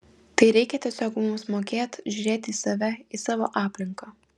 tai reikia tiesiog mums mokėt žiūrėti į save į savo aplinką